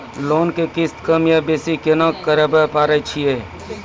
Loan के किस्ती कम या बेसी केना करबै पारे छियै?